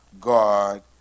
God